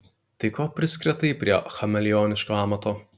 tai ko priskretai prie chameleoniško amato